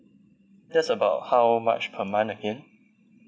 that's about how much per month again